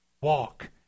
Walk